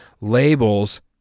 labels